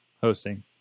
hosting